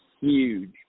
huge